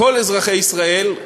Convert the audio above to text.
כל אזרחי ישראל,